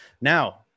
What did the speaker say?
Now